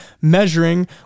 measuring